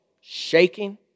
shaking